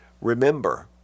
remember